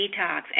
detox